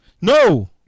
no